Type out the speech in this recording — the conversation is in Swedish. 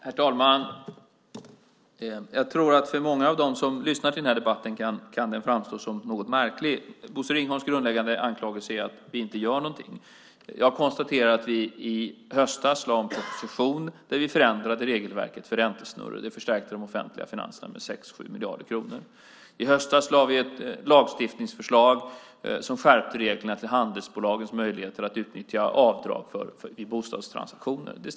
Herr talman! Jag tror att den här debatten kan framstå som något märklig för många av dem som lyssnar till den. Bosse Ringholms grundläggande anklagelse är att vi inte gör någonting. Jag konstaterar att vi i höstas lade fram en proposition där vi förändrade regelverket för räntesnurror. Det förstärkte de offentliga finanserna med 6-7 miljarder kronor. I höstas lade vi fram ett lagstiftningsförslag som skärpte reglerna för handelsbolagens möjligheter att utnyttja avdrag vid bostadstransaktioner.